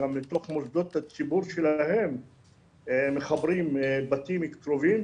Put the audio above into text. גם בתוך מוסדות הציבור שלהם מחברים בתים קרובים.